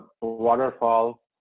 Waterfall